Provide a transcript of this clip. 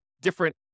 different